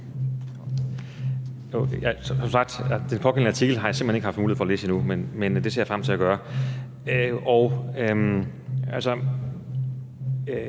Den pågældende artikel har jeg simpelt hen ikke haft mulighed for at læse endnu, men det ser jeg frem til at gøre.